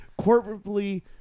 corporately